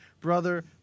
brother